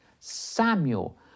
Samuel